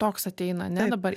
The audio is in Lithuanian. toks ateina ane dabar